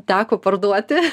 teko parduoti